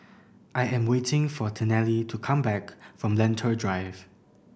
I am waiting for Tennille to come back from Lentor Drive